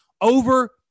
over